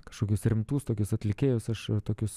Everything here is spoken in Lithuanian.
kažkokius rimtus tokius atlikėjus aš tokius